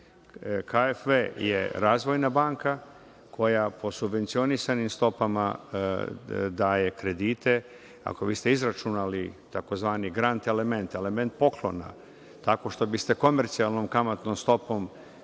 KFW je Razvojna banka koja po subvencionisanim stopama daje kredite. Ako biste izračunali takozvani grant element, element poklona, tako što biste komercijalnom kamatnom stopom